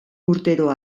urtero